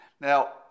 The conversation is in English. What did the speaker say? Now